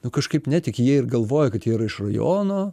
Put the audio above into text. nu kažkaip netiki jie ir galvoja kad jie yra iš rajono